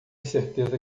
certeza